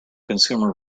consumer